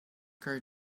grow